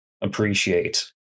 appreciate